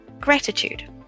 gratitude